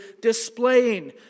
displaying